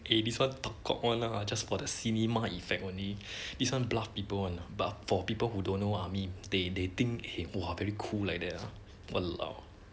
eh this one talk cock one lah just for the cinema effect only this one bluff people one lah but for people who don't know army they they think eh who are very cool like that uh !walao!